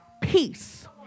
peace